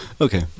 Okay